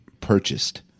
purchased